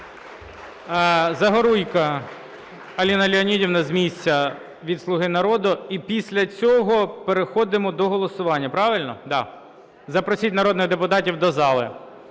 Загоруйко Аліна Леонідівна – з місця, від "Слуги народу". І після цього переходимо до голосування, правильно? Да. Запросіть народних депутатів до зали.